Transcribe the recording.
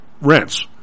rents